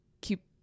keep